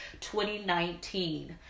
2019